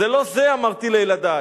זה לא זה, אמרתי לילדי,